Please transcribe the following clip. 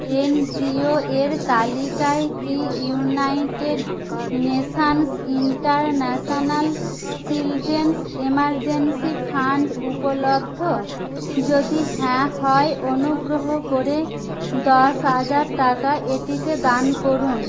NGO এর তালিকায় কি united nations international children's emergency fund উপলব্ধ যদি হ্যাঁ হয় অনুগ্রহ করে দশ হাজার টাকা এটিতে দান করুন